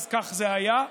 אז כך זה היה,